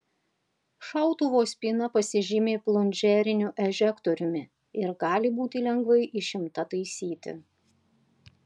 šautuvo spyna pasižymi plunžeriniu ežektoriumi ir gali būti lengvai išimta taisyti